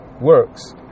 works